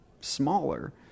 smaller